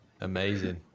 Amazing